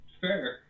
Fair